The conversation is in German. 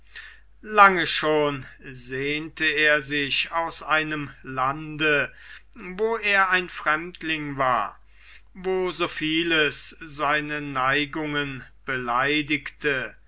lange schon sehnte er sich aus einem lande wo er ein fremdling war wo so vieles seine neigungen beleidigte